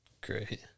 Great